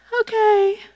Okay